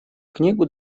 книгу